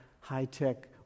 high-tech